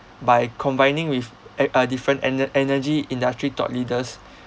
by combining with eh uh different ene~ energy industry top leaders